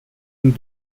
and